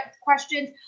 questions